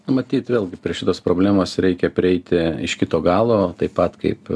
matyt vėlgi prie šitos problemos reikia prieiti iš kito galo taip pat kaip